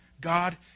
God